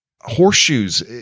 horseshoes